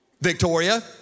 Victoria